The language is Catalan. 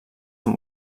amb